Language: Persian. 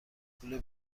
پول